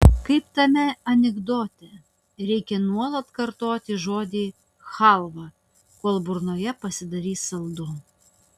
kaip tame anekdote reikia nuolat kartoti žodį chalva kol burnoje pasidarys saldu